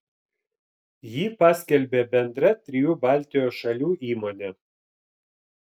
jį paskelbė bendra trijų baltijos šalių įmonė